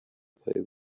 پایه